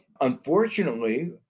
unfortunately